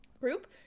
Group